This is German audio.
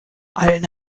eilen